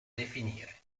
definire